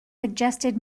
suggested